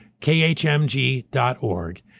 khmg.org